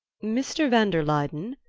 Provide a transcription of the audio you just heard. mr. van der luyden,